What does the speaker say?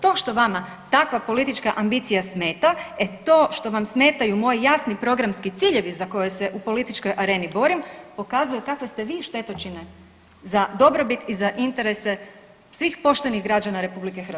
To što vama takva politička ambicija smeta, e to što vam smetaju moji jasni programski ciljevi za koje se u političkoj areni borim, pokazuje kakve ste vi štetočine za dobrobit i za interese svih poštenih građana RH.